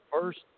first